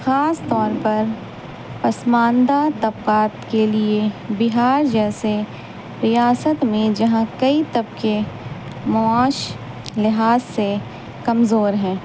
خاص طور پر پسماندہ طبقات کے لیے بہار جیسے ریاست میں جہاں کئی طبقے معاش لحاظ سے کمزور ہیں